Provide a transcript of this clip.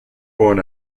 born